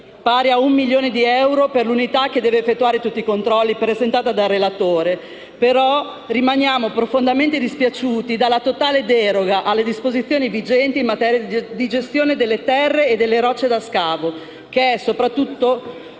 pari a un milione di euro, per l'unità che dovrà effettuare tutti i controlli, proposto dal relatore. Rimaniamo tuttavia profondamente dispiaciuti per la totale deroga alle disposizioni vigenti in materia di gestione delle terre e delle rocce da scavo, argomento